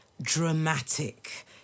dramatic